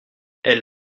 elle